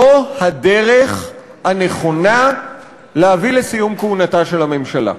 זו הדרך הנכונה להביא לסיום כהונתה של הממשלה.